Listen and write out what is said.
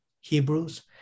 Hebrews